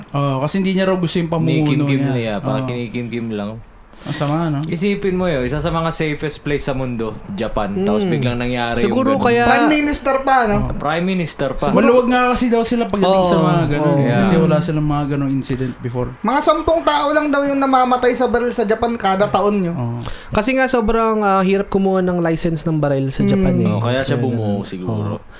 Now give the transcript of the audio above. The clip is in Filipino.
Oo, kasi hindi niya raw gusto 'yung Kinikimkim pamumuno niya. niya, parang Oo. kinikimkim lang. Ang sama, no? Isipin mo 'yun, isa sa mga safest place sa mundo, Japan. Tapos Hmm. biglang nangyari 'yung Siguro ganun. kaya- Prime Minister pa, no? Oo. Prime Minister pa. Maluwag nga kasi daw sila pagdating sa Oo. mga ganun eh. Oo, yeah. Kasi wala Hmm. silang mga ganung incident before. Mga 10 tao lang daw 'yung namamatay sa baril sa Japan kada taon, yo. Oo. Kasi nga sobrang, ah, hirap kumuha ng license ng baril sa Japan Hmm. eh. Oo, kaya siya Kaya ganun. bumuo siguro. Oo.